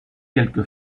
quelque